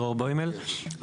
דרור בוימל,